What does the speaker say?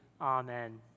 amen